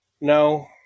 no